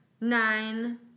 Nine